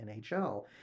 NHL